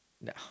No